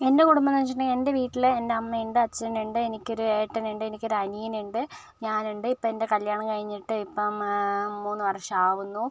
എൻ്റെ കുടുംബം എന്ന് വെച്ചിട്ടുണ്ടെങ്കിൽ എൻ്റെ വീട്ടില് എൻ്റെ അമ്മയുണ്ട് അച്ഛനുണ്ട് എനിക്കൊരു ഏട്ടനുണ്ട് എനിക്കൊരനിയനുണ്ട് ഞാനുണ്ട് ഇപ്പോൾ എൻ്റെ കല്യാണം കഴിഞ്ഞിട്ട് ഇപ്പം മൂന്ന് വർഷമാകുന്നു